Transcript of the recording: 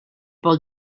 pel